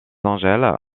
angels